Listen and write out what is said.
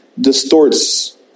distorts